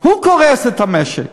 אצלו קורס המשק.